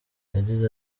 yagize